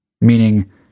Meaning